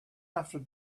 after